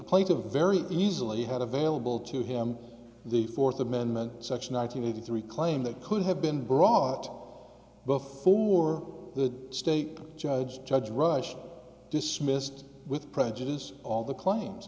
plate a very easily had available to him the fourth amendment such ninety three claim that could have been brought before the state judge judge rush dismissed with prejudice all the claims